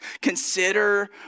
Consider